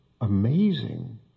amazing